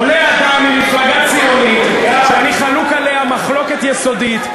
עולה אדם ממפלגה ציונית שאני חלוק עליה מחלוקת יסודית,